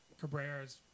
Cabrera's